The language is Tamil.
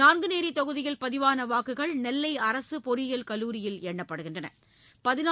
நாங்குநேரி தொகுதியில் பதிவான வாக்குகள் நெல்லை அரசு பொறியியல் கல்லுாரியில் எண்ணப்படுகின்றன